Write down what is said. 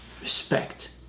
respect